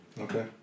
okay